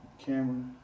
camera